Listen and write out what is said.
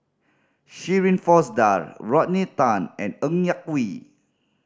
Shirin Fozdar Rodney Tan and Ng Yak Whee